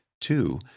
Two